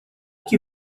que